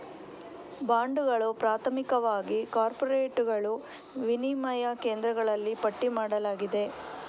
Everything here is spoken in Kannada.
ಬಾಂಡುಗಳು, ಪ್ರಾಥಮಿಕವಾಗಿ ಕಾರ್ಪೊರೇಟುಗಳು, ವಿನಿಮಯ ಕೇಂದ್ರಗಳಲ್ಲಿ ಪಟ್ಟಿ ಮಾಡಲಾಗಿದೆ